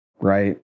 Right